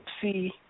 see